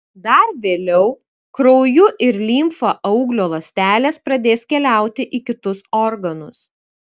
dar vėliau krauju ir limfa auglio ląstelės pradės keliauti į kitus organus